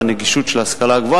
נהוג, והשעון היה אותו שעון מאז?